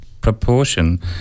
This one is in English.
proportion